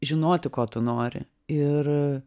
žinoti ko tu nori ir